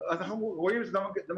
אז אנחנו רואים את המגמתיות.